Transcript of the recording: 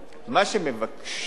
מה שמבקשים